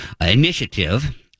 initiative